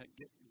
get